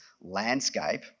landscape